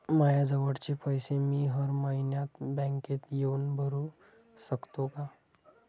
मायाजवळचे पैसे मी हर मइन्यात बँकेत येऊन भरू सकतो का?